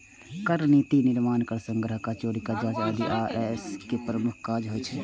कर नीतिक निर्माण, कर संग्रह, कर चोरीक जांच आदि आई.आर.एस के प्रमुख काज होइ छै